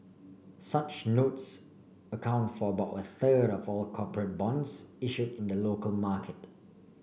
such notes account for about a third of all corporate bonds issue in the local market